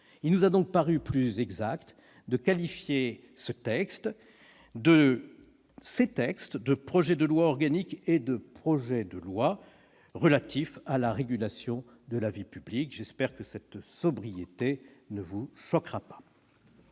il nous a paru plus exact de qualifier ces textes de projet de loi organique et de projet de loi « relatifs à la régulation de la vie publique ». J'espère que cette sobriété ne vous choquera pas.